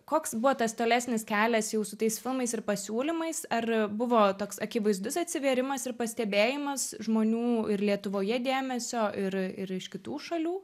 koks buvo tas tolesnis kelias jau su tais filmais ir pasiūlymais ar buvo toks akivaizdus atsivėrimas ir pastebėjimas žmonių ir lietuvoje dėmesio ir ir iš kitų šalių